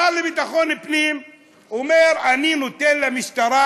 השר לביטחון פנים אומר: אני נותן למשטרה